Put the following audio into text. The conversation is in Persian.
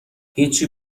هیچی